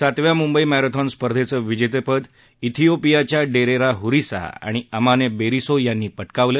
सातव्या मुंबई मॅरेथॉन स्पर्धेचं विजेतेपद इथिओपियाच्या डेरेरा हुरीसा आणि अमाने बेरिसो यांनी पटकावलं